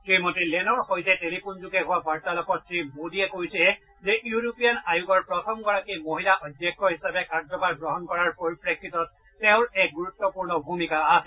শ্ৰীমতী লেনৰ সৈতে টেলিফোনযোগে হোৱা বাৰ্তালাপত মোদীয়ে কয় যে ইউৰোপীয়ান আয়োগৰ প্ৰথম গৰাকী মহিলা অধ্যক্ষ হিচাপে কাৰ্যভাৰ গ্ৰহণ কৰাৰ পৰিপ্ৰেক্ষিত তেওঁৰ এক গুৰুত্বপূৰ্ণ ভূমিকা আছে